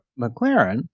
McLaren